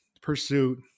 pursuit